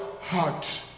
heart